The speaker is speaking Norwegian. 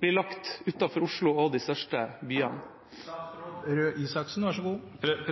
blir lagt utenfor Oslo og de største byene? For det